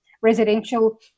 residential